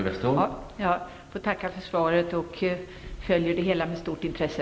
Herr talman! Jag tackar för svaret och följer det hela med stort intresse.